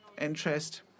interest